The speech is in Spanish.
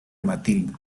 matilda